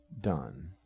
done